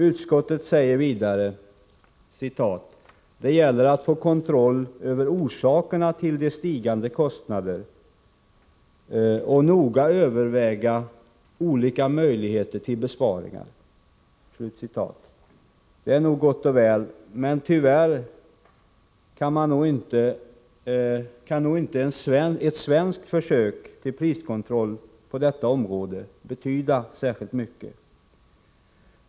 Utskottet säger vidare: ”Det gäller ——— att få kontroll över orsakerna till de stigande kostnaderna och noga överväga olika möjligheter till besparingar.” Det är gott och väl, men tyvärr kan nog inte ett svenskt försök till priskontroll på detta område betyda särskilt mycket.